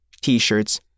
T-shirts